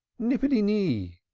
nippity-nee!